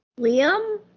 Liam